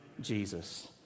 Jesus